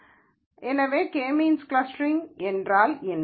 எனவே K means clustering என்றால் என்ன